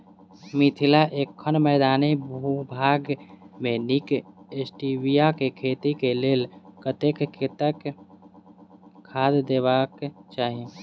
मिथिला एखन मैदानी भूभाग मे नीक स्टीबिया केँ खेती केँ लेल कतेक कतेक खाद देबाक चाहि?